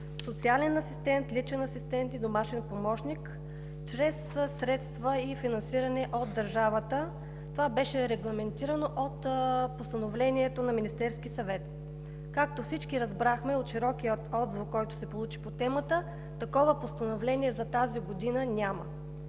„Социален асистент“, „Личен асистент“ и „Домашен помощник“ чрез средства и финансиране от държавата. Това беше регламентирано от Постановлението на Министерския съвет. Както всички разбрахме от широкия отзвук, който се получи по темата, такова постановление за тази година няма